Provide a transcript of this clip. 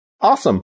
Awesome